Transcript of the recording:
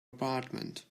apartment